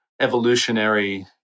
evolutionary